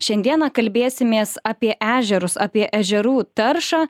šiandieną kalbėsimės apie ežerus apie ežerų taršą